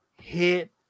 hit